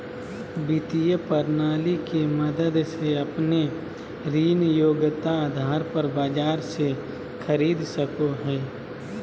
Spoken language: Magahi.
वित्त प्रणाली के मदद से अपने ऋण योग्यता आधार पर बाजार से खरीद सको हइ